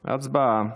הצבעה.